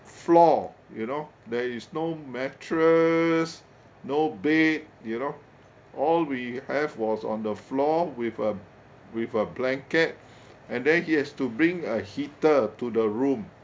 floor you know there is no matters no bed you know all we have was on the floor with a with a blanket and then he has to bring a heater to the room